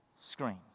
screen